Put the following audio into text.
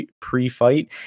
pre-fight